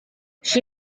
she